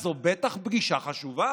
אז זאת בטח פגישה חשובה.